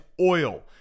oil